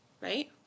right